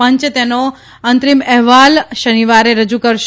પંચ તેનો અંતરીમ અહેવાલ શનિવારે રજૂ કરશે